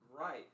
Right